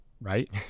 Right